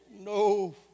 no